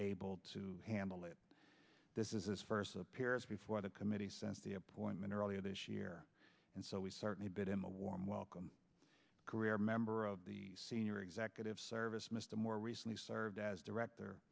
able to handle it this is his first appearance before the committee since the appointment earlier this year and so we certainly bid him a warm welcome career member of the senior executive service mr moore recently served as director